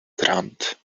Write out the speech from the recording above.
grunt